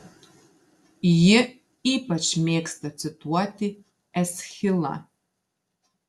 ji ypač mėgsta cituoti eschilą